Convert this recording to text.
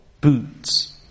boots